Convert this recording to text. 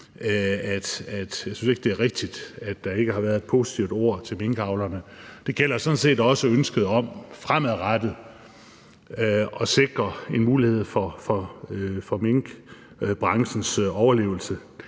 jeg ikke synes det er rigtigt, at der ikke har været sagt et positivt ord til minkavlerne. Det gælder sådan set også ønsket om fremadrettet at sikre en mulighed for minkbranchens overlevelse.